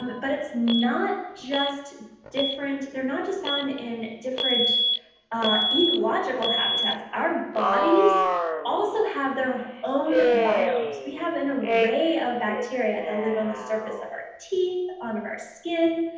but it's not just different, they're not just found in different ecological habitats, our bodies also have their own biomes. we have an array of bacteria that live on the surface of our teeth, on of our skin,